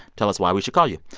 tell us why we should call you.